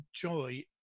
joy